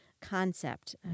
concept